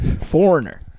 Foreigner